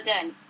done